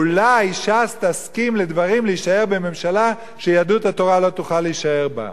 אולי ש"ס תסכים לדברים ולהישאר בממשלה שיהדות התורה לא תוכל להישאר בה.